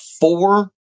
four